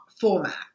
format